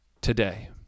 today